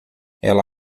ela